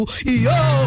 Yo